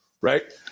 Right